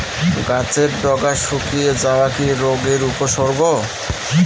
গাছের ডগা শুকিয়ে যাওয়া কি রোগের উপসর্গ?